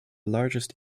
largest